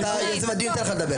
אתה יוזם הדיון, אני אתן לך לדבר.